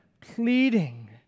pleading